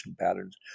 patterns